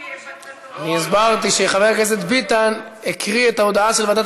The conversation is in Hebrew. אני הסברתי שחבר הכנסת ביטן הקריא את ההודעה של ועדת